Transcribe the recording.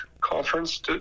Conference